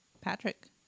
Patrick